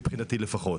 מבחינתי, לפחות.